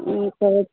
तब